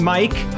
Mike